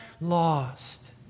lost